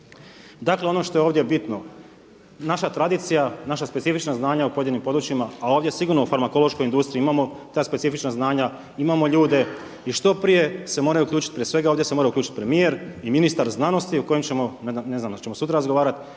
Dakle ono što je ovdje bitno, naša tradicija, naša specifična znanja u pojedinim područjima a ovdje sigurno u farmakološkoj industriji imamo ta specifična znanja, imamo lude i što prije se moraju uključiti, prije svega ovdje se moraju uključiti premijer i ministar znanosti o kojem ćemo ne znam